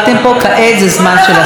כעת זה זמן של השר.